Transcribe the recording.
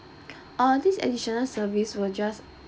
uh these additional service will just